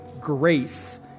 grace